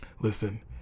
listen